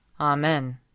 Amen